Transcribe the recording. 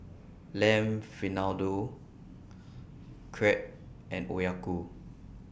Lamb Vindaloo Crepe and Oyaku